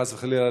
חס וחלילה,